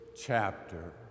chapter